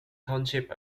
township